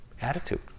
attitude